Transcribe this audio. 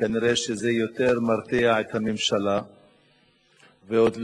מאחר שזמני עבר, אני,